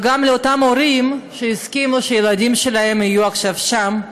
ולאותם הורים שהסכימו שהילדים שלהם יהיו עכשיו שם,